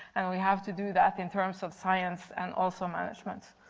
we have to do that in terms of science and also management.